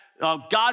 God